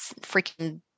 freaking